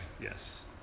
Yes